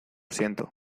siento